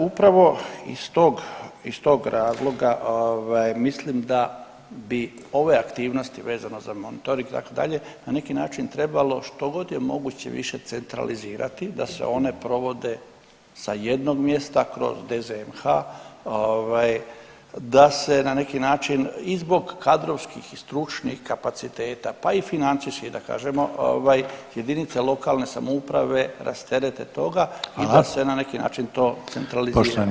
Upravo iz tog razloga mislim da bi ove aktivnosti vezano za monitoring itd. na neki način trebalo štogod je moguće više centralizirati da se one provode sa jednog mjesta kroz DZMH da se na neki način i zbog kadrovskih, stručnih kapaciteta pa i financijskih da kažemo jedinice lokalne samouprave rasterete toga [[Upadica Reiner: Hvala.]] i da se na neki način to centralizira.